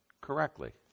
correctly